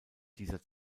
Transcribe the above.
dieser